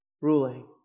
ruling